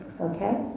okay